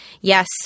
yes